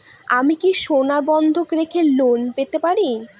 আমি কি সোনা বন্ধক রেখে লোন পেতে পারি?